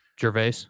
Gervais